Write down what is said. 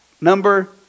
Number